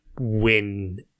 win